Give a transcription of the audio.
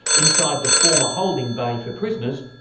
inside the former holding bay for prisoners,